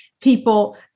people